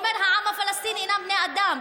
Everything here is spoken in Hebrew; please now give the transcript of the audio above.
אומר שהעם הפלסטיני אינם בני אדם,